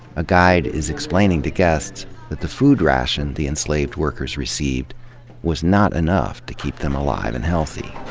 a guide is explaining to guests that the food ration the enslaved workers received was not enough to keep them alive and healthy.